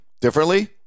differently